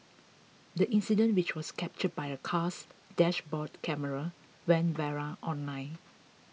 the incident which was captured by a car's dashboard camera went viral online